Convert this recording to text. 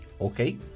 Okay